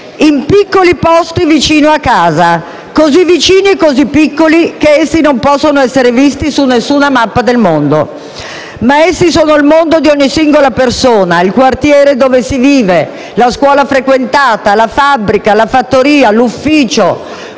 «in piccoli posti vicino casa, così vicini e così piccoli che essi non possono essere visti su nessuna mappa del mondo. Ma essi sono il mondo di ogni singola persona; il quartiere dove si vive, la scuola frequentata, la fabbrica, fattoria o ufficio